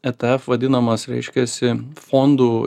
etf vadinamas reiškiasi fondų